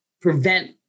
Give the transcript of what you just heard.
prevent